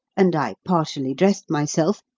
and i partially dressed myself,